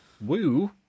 Woo